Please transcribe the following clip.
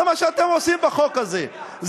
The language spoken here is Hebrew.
זה מה שאתם עושים בחוק הזה.